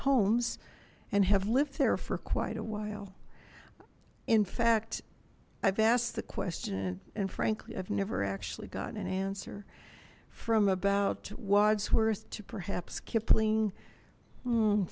homes and have lived there for quite a while in fact i've asked the question and frankly i've never actually gotten an answer from about wodsworth to perhaps